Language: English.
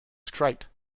straight